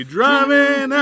Driving